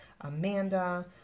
Amanda